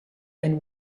and